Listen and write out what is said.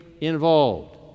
involved